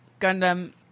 Gundam